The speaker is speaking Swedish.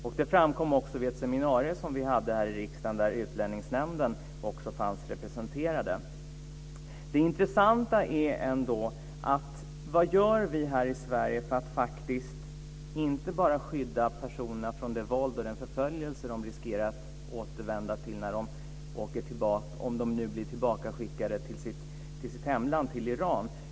Detta framkom också vid ett seminarium som vi hade här i riksdagen där Utlänningsnämnden också fanns representerad. Det intressanta är ändå vad vi här i Sverige gör för att faktiskt inte bara skydda personerna från det våld och den förföljelse som de riskerar att återvända till om de nu blir tillbakaskickade till sitt hemland, till Iran.